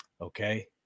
Okay